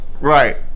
Right